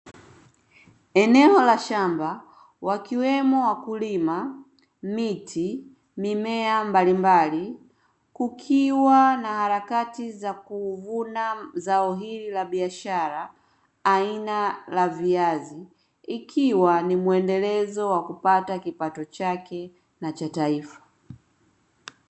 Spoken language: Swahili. Eneo la shamba wakiwemo wakulima, miti, mimea mbalimbali, kukiwa na harakati za kuvuna zao hili la biashara aina la viazi ikiwa ni mwendelezo wa kupata kipato chake na cha taifa.